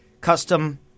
custom